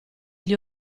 gli